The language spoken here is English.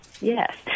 Yes